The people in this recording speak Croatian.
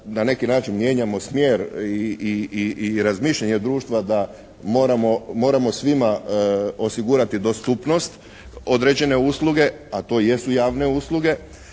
na neki način mijenjamo smjer i razmišljanje društva da moramo svima osigurati dostupnost određene usluge, a to jesu javne usluge.